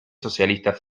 socialistas